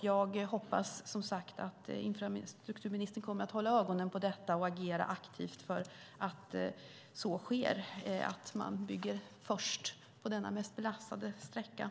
Jag hoppas som sagt att infrastrukturministern kommer att hålla ögonen på detta och agera aktivt för att man ska bygga först på den hårdast belastade sträckan.